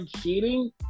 cheating